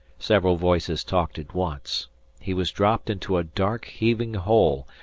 several voices talked at once he was dropped into a dark, heaving hole,